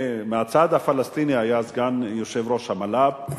מהצד הפלסטיני היה סגן יושב-ראש המל"פ,